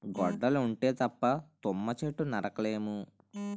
గొడ్డలి ఉంటే తప్ప తుమ్మ చెట్టు నరక లేము